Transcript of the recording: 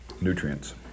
nutrients